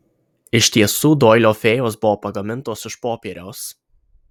iš tiesų doilio fėjos buvo pagamintos iš popieriaus